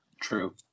True